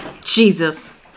Jesus